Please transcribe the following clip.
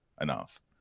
enough